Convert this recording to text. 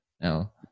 Now